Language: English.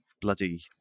bloody